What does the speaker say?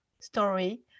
story